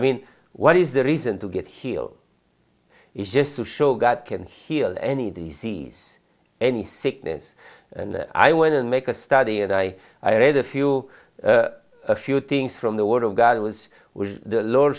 mean what is the reason to get he'll is just to show god can heal any the seas any sickness and i went on make a study and i i read a few a few things from the word of god it was with the lord